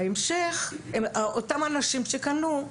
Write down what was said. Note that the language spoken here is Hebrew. בהמשך, אותם אנשים שקנו,